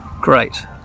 Great